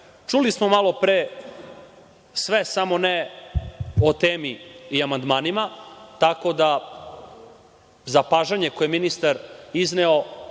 smo malopre sve samo ne o temi i amandmanima, tako da, zapažanje koje je ministar izneo